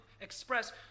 express